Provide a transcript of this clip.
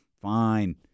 Fine